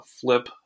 flip